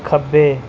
ਖੱਬੇ